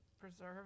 preserve